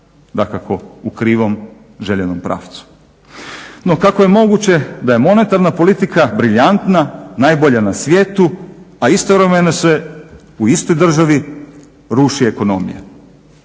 Dakako u krivom željenom pravcu. No, kako je moguće da je monetarna politika briljantna, najbolja na svijetu a istovremeno se u istoj državi ruši ekonomija?